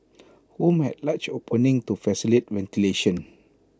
rooms had large openings to facilitate ventilation